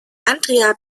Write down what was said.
andrea